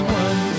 one